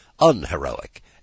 unheroic